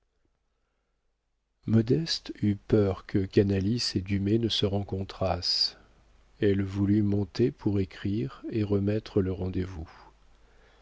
modeste eut peur que canalis et dumay ne se rencontrassent elle voulut monter pour écrire et remettre le rendez-vous